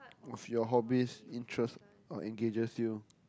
of your hobbies interest or engages you